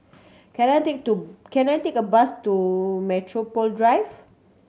can I take to can I take a bus to Metropole Drive